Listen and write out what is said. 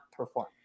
perform